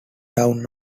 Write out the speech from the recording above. town